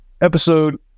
episode